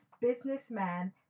businessman